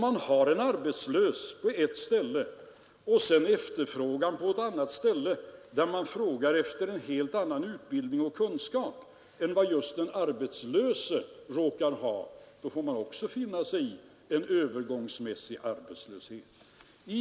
Har man en arbetslös på ett ställe och efterfrågan på ett annat ställe, där det frågas efter en helt annan utbildning och kunskap än vad just den arbetslöse råkar ha, får man också finna sig i en övergångsmässig arbetslöshet.